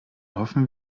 hoffen